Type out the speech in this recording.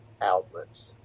outlets